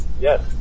Yes